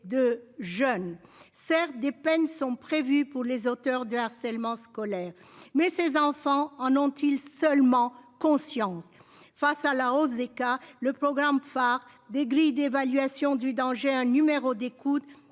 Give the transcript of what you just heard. de jeunes certes des peines sont prévues pour les auteurs de harcèlement scolaire. Mais ses enfants en ont-ils seulement conscience face à la hausse des cas, le programme phare des grilles d'évaluation du danger. Un numéro d'écoute